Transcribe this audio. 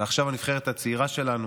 ועכשיו הנבחרת הצעירה שלנו,